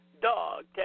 dog